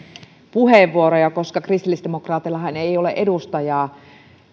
puheenvuoroja koska kristillisdemokraateillahan ei ole edustajaa